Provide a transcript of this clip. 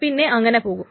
പിന്നെ അങ്ങനെ പോകും